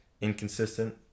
inconsistent